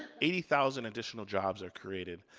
eighty thousand additional jobs are created.